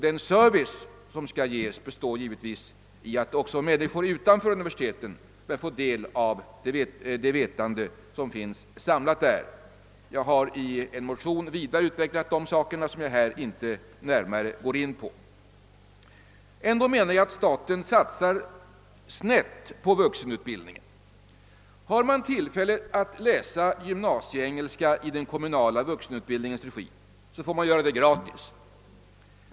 Den service som skall ges består givetvis i att också människor utanför universiteten bör få ta del av det vetande som samlats där. Jag har i en motion vidare utvecklat den tanken, som jag här inte närmare skall gå in på. Ändå menar jag att staten satsar snett på vuxenutbildningen. Har man tillfälle att läsa gymnasieengelska i den kommunala vuxenutbildningens regi, får man göra det gratis.